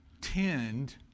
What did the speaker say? tend